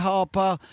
Harper